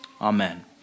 Amen